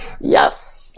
Yes